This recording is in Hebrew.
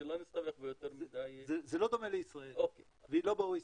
שלא נסתבך ביותר מדי --- זה לא דומה לישראל והיא לא ב-OECD.